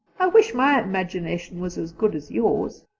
i wish my imagination was as good as yours.